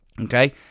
okay